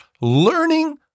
learning